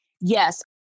Yes